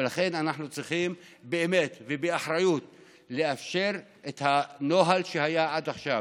ולכן אנחנו צריכים באמת ובאחריות לאפשר את הנוהל שהיה עד עכשיו: